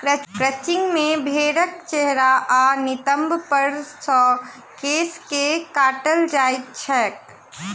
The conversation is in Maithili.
क्रचिंग मे भेंड़क चेहरा आ नितंब पर सॅ केश के काटल जाइत छैक